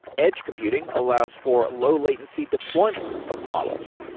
edge computing allows for low latency deployment of models,